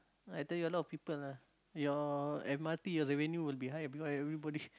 I tell you ah a lot of people ah your m_r_t your revenue will be high because everybody